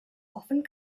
often